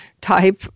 type